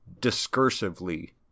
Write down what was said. discursively